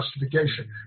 justification